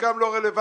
חלקם לא רלוונטיים,